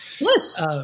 Yes